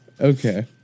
okay